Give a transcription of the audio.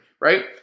right